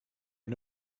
are